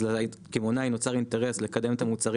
אז לקמעונאי נוצר אינטרס לקדם את המוצרים